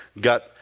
got